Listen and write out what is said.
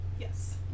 Yes